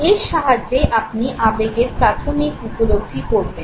এর সাহায্যেই আপনি আবেগের প্রাথমিক উপলব্ধি করবেন